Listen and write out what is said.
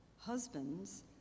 Husbands